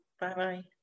Bye-bye